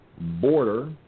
border